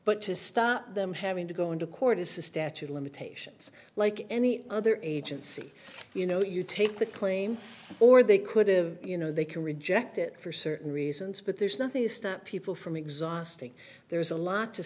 but to stop them having to go into court is the statute of limitations like any other agency you know you take the claim or they could have you know they can reject it for certain reasons but there's nothing to stop people from exhausting there's a lot to